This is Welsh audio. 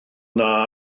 yna